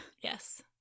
Yes